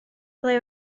ble